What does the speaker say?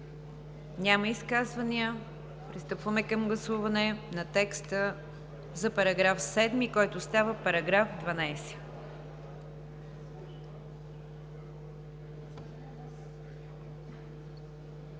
Няма изказвания. Пристъпваме към гласуване на текста за § 7, който става § 12.